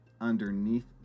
underneath